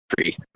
free